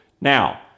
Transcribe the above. Now